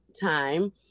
Time